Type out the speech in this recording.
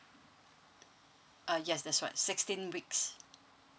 uh yes that's what sixteen weeks